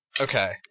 Okay